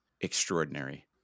extraordinary